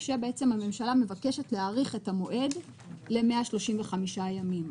כשהממשלה מבקשת להאריך את המועד ל-135 ימים.